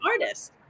artist